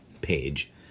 page